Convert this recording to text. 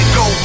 go